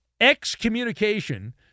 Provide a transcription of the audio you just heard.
excommunication